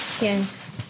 Yes